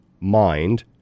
mind